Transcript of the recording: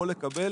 יכול לקבל